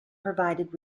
provided